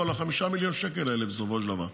על ה-5 מיליון שקלים האלה בסופו של דבר.